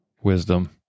wisdom